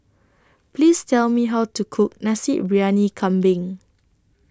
Please Tell Me How to Cook Nasi Briyani Kambing